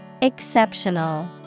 Exceptional